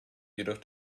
jedoch